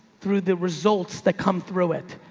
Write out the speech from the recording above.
through the results that come through it.